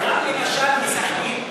גם למשל בסח'נין.